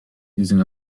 using